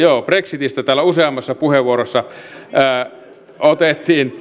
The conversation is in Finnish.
brexitistä täällä useammassa puheenvuorossa otettiin